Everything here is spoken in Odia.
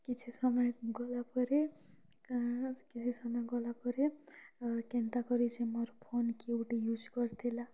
କିଛି ସମୟ ଗଲାପରେ କା'ଣା କିଛି ସମୟ ଗଲାପରେ ଆର୍ କେନ୍ତା କରି ସେ ମୋର୍ ଫୋନ୍ କିଏ ଗୁଟେ ୟୁଜ୍ କରିଥିଲା